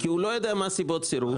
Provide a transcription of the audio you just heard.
כי הוא לא יודע מה הסיבות לסירוב.